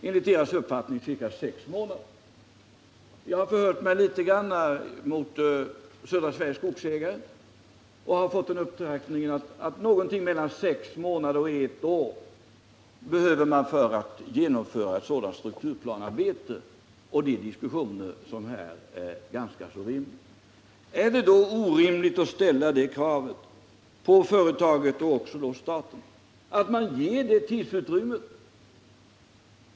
Enligt företagsledningens uppgifter krävs det ca sex månader. Jag har förhört mig litet hos södra Sveriges skogsägare och därvid fått uppfattningen, att man behöver mellan sex månader och ett år för att genomföra ett sådant strukturplanearbete och för diskussioner. Är det då orimligt att ställa kravet på företaget, och därmed också på staten, att man skall ge det tidsutrymmet?